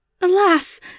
Alas